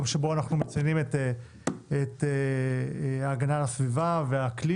היום אנחנו מציינים את ההגנה על הסביבה ועל האקלים.